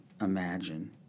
imagine